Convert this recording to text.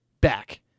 back